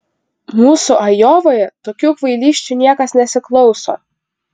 mūsų ajovoje tokių kvailysčių niekas nesiklauso